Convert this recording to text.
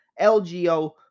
LGO